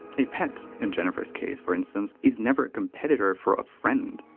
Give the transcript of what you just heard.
a pet, in jennifer's case for instance, is never a competitor for a friend.